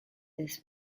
this